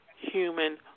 human